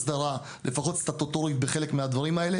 ומצאנו שבישראל העלויות של הקמת רכבת עילית גבוהה יותר ביחס